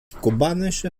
kubanische